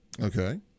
Okay